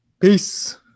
Peace